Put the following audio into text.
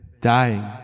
dying